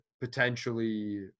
potentially